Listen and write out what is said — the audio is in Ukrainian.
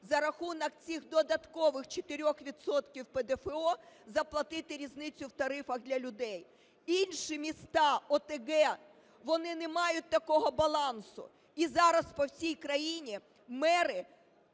за рахунок цих додаткових 4 відсотків ПДФО, заплатити різницю в тарифах для людей, інші міста ОТГ, вони не мають такого балансу. І зараз по всій країні мери,